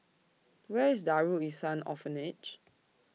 Where IS Darul Ihsan Orphanage